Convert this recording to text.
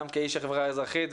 גם כאיש החברה האזרחית,